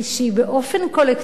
באופן קולקטיבי